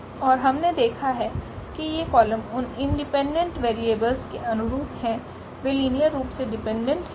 और हमने देखा है कि ये कॉलम उन इंडिपेंडेंट वेरिएबल्स के अनुरूप हैं वे लीनियर रूप से डिपेंडेंट हैं